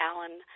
Alan